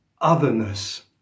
otherness